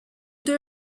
deux